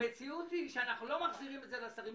אנחנו לא מחזירים את זה לשרים.